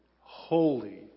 holy